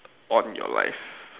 on your life